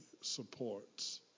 supports